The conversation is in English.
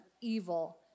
evil